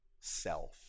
self